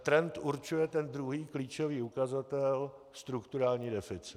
A trend určuje ten druhý klíčový ukazatel, strukturální deficit.